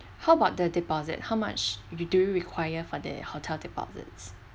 how about the deposit how much you do require for the hotel deposits